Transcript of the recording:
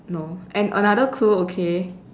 no and another clue okay